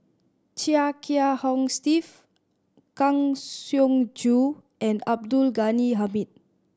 Chia Kiah Hong Steve Kang Siong Joo and Abdul Ghani Hamid